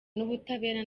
n’ubutabera